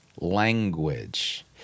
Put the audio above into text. language